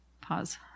Pause